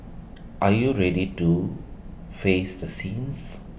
are you ready to face the sins